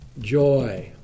joy